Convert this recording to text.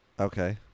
Okay